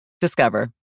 Discover